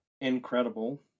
incredible